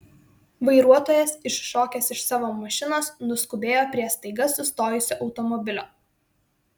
vairuotojas iššokęs iš savo mašinos nuskubėjo prie staiga sustojusio automobilio